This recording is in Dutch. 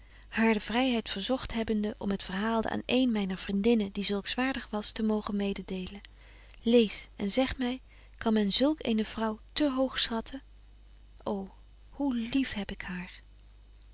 haar de vryheid verzogt hebbende om het verhaalde aan eene myner vriendinnen die zulks waardig was te mogen mededelen lees en zeg my kan men zulk eene vrouw te hoog schatten o hoe lief heb ik haar